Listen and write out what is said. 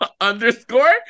underscore